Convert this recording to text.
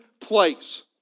place